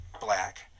black